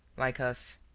like us.